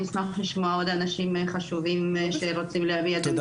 אני אשמח לשמוע עוד אנשים חשובים שרוצים להביע את עמדתם.